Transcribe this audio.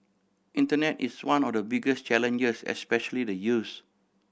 internet is one of the biggest challenges especially the youths